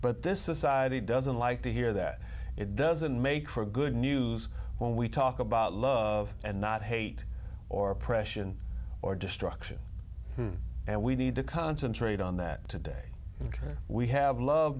but this society doesn't like to hear that it doesn't make for good news when we talk about love and not hate or oppression or destruction and we need to concentrate on that today where we have love